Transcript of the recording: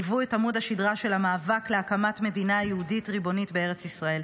היוו את עמוד השדרה של המאבק להקמת מדינה יהודית ריבונית בארץ ישראל.